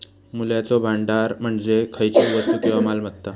मूल्याचो भांडार म्हणजे खयचीव वस्तू किंवा मालमत्ता